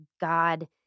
God